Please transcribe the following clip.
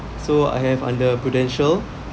so I have under Prudential